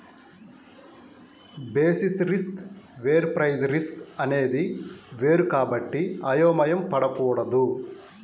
basis risk వేరు price risk అనేది వేరు కాబట్టి అయోమయం పడకూడదు